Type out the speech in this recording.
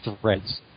threads